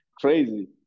crazy